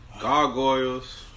Gargoyles